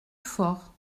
fort